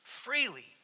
Freely